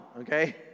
okay